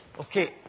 Okay